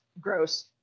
gross